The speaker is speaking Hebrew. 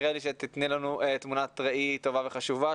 נראה לי שתתני לנו תמונת ראי טובה וחשובה,